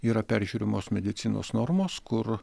yra peržiūrimos medicinos normos kur